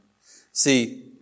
See